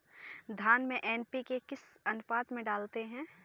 धान में एन.पी.के किस अनुपात में डालते हैं?